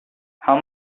how